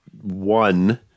one